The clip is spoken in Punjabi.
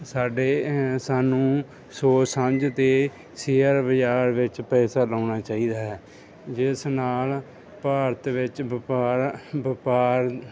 ਸਾਡੇ ਸਾਨੂੰ ਸੋਚ ਸਮਝ ਕੇ ਸ਼ੇਅਰ ਬਾਜ਼ਾਰ ਵਿੱਚ ਪੈਸਾ ਲਾਉਣਾ ਚਾਹੀਦਾ ਹੈ ਜਿਸ ਨਾਲ ਭਾਰਤ ਵਿੱਚ ਵਪਾਰ ਵਪਾਰ